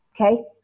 Okay